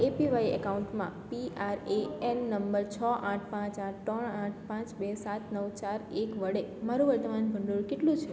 APY એકાઉન્ટમાં PRAN number છ આઠ પાંચ આઠ ત્રણ આઠ પાંચ બે સાત નવ ચાર એક વડે મારું વર્તમાન ભંડોળ કેટલું છે